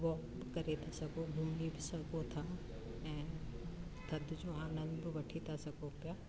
walk करे था सघो घुमी बि सघो था ऐं थधि जो आनंद बि वठी था सघो पिया